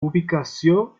ubicació